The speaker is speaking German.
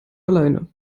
alleine